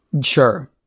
Sure